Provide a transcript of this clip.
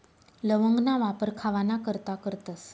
लवंगना वापर खावाना करता करतस